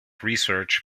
research